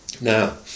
now